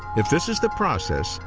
if this is the process,